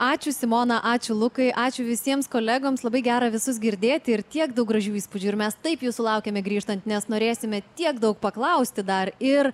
ačiū simona ačiū lukai ačiū visiems kolegoms labai gera visus girdėti ir tiek daug gražių įspūdžių ir mes taip jūsų laukiame grįžtant nes norėsime tiek daug paklausti dar ir